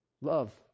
Love